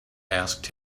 asked